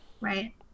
Right